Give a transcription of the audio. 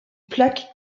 plaque